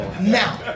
Now